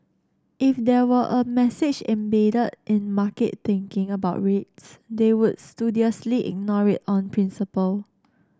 if there were a message embedded in market thinking about rates they would studiously ignore it on principle